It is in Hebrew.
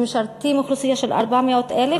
שמשרתים אוכלוסייה 400,000,